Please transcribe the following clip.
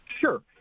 Sure